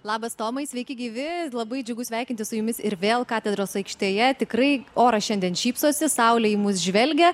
labas tomai sveiki gyvi labai džiugu sveikintis su jumis ir vėl katedros aikštėje tikrai oras šiandien šypsosi saulė į mus žvelgia